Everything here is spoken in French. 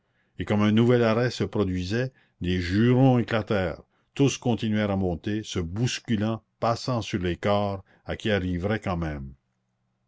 et comme un nouvel arrêt se produisait des jurons éclatèrent tous continuèrent à monter se bousculant passant sur les corps à qui arriverait quand même